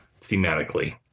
thematically